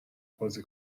بازی